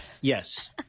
Yes